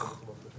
אל תגיד מספרים.